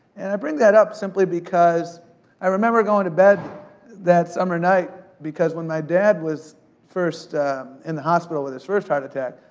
and i bring that up simply because i remember going to bed that summer night. because when my dad was first in the hospital with his first heart attack,